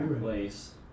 place